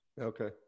Okay